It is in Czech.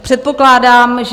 Předpokládám, že...